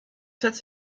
cette